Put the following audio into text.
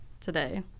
today